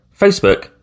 Facebook